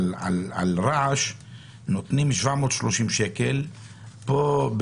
הסכום הוא 730 שקל על אותה עבירה,